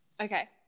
Okay